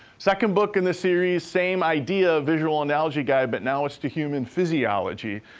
second book in the series, same idea a visual analogy guide, but now it's to human physiology.